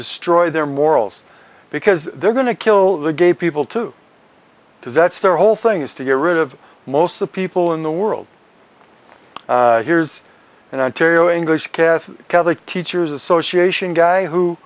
destroy their morals because they're going to kill the gay people too because that's their whole thing is to get rid of most of the people in the world here's an ontario english catholic teacher's association guy who